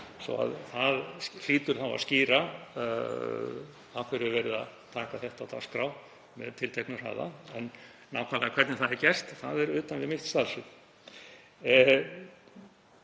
leyti. Það hlýtur þá að skýra af hverju er verið að taka þetta á dagskrá með tilteknum hraða en nákvæmlega hvernig það er gert, það er utan við mitt starfssvið.